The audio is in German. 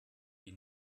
die